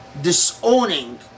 disowning